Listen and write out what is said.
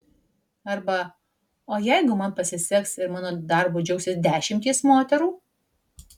arba o jeigu man pasiseks ir mano darbu džiaugsis dešimtys moterų